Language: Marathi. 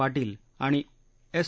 पाटील आणि एस